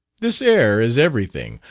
this air is everything.